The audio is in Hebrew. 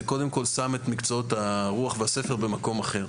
זה קודם כול שם את מקצועות הרוח והספר במקום אחר,